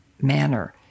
manner